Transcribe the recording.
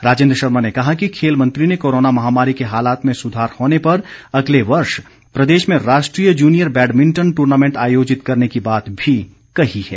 राजेंद्र शर्मा ने कहा कि खेल मंत्री ने कोरोना महामारी के हालात में सुधार होने पर अगले वर्ष प्रदेश में राष्ट्रीय जुनियर बैडमिंटन टूर्नामेंट आयोजित करने की बात भी कही है